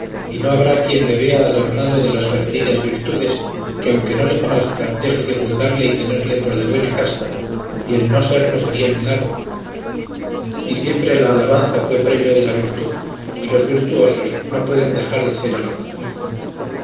y no habrá quien le vea adornado de las referidas virtudes que aunque no le conozca deje de juzgarle y tenerle por de buena casta y el no serlo sería milagro y siempre la alabanza fue premio de la virtud y los virtuosos no pueden dejar de ser alabados